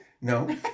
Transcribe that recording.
No